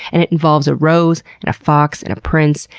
and it involves a rose, and a fox, and a prince,